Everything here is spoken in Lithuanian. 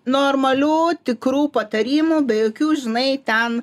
normalių tikrų patarimų be jokių žinai ten